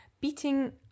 beating